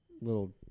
little